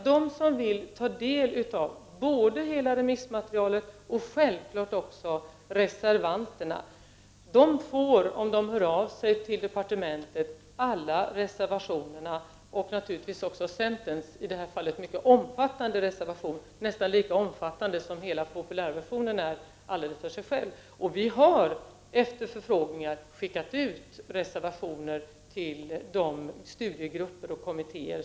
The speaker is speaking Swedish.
De som vill ta del av både hela remissmaterialet och reservationerna får, om de hör av sig till departementet. hela materialet — naturligtvis också centerns i det här fallet mycket omfattande reservation. nästan lika omfattande som hela populärversionen ensam. Vi har efter förfrågningar skickat ut reservationer till olika studiegrupper och kommittéer.